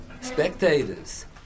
spectators